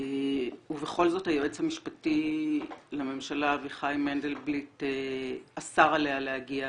ובכל זאת היועץ המשפטי לממשלה אביחי מנדלבליט אסר עליה להגיע